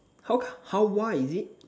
how co~ how wild is it